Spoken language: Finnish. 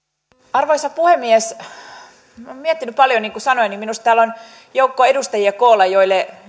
arvoisa puhemies minä olen miettinyt paljon ja niin kuin sanoin niin minusta on koolla joukko edustajia joille